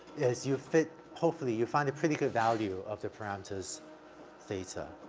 as you fit hopefully, you find a pretty good value of the parameters theta.